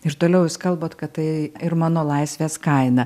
ir toliau jūs kalbat kad tai ir mano laisvės kaina